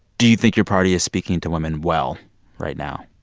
do you think your party is speaking to women well right now?